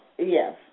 Yes